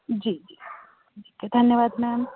जी जी धन्यवाद मेम